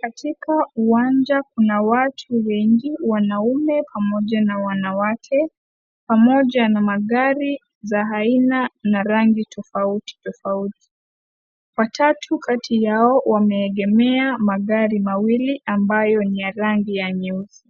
Katika uwanja kuna watu wengi wanaume pamoja na wanawake, pamoja na magari za aina na rangi tofauti tofauti. Watatu kati yao wameegemea magari mawili ambayo ni ya rangi ya nyeusi.